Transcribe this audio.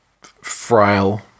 frail